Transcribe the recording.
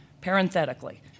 Parenthetically